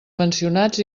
mencionats